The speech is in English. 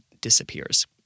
disappears